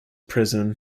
prison